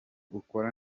ukora